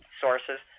sources